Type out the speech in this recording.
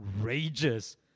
rages